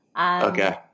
Okay